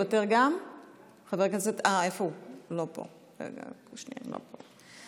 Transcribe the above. אינו נוכח,